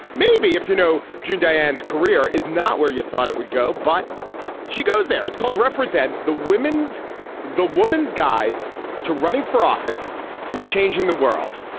maybe if you know june diane's career is not where you thought it would go but she goes there. it's called represent the women's the woman's guide to running for office and changing the world.